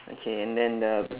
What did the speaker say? okay and then the